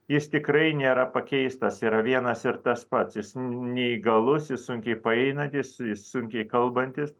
jis tikrai nėra pakeistas yra vienas ir tas pats jis neįgalus jis sunkiai paeinantis sunkiai kalbantis